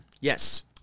Yes